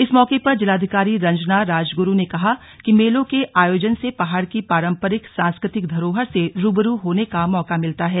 इस मौके पर जिलाधिकारी रंजना राजगुरू ने कहा कि मेलों के आयोजन से पहाड़ की पारम्परिक सांस्कृतिक धरोहर से रूबरू होने का मौका मिलता है